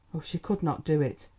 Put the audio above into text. oh, she could not do it!